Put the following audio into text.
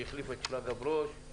שהחליף את שרגא ברוש.